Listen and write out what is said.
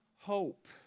hope